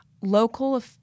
Local